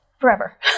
forever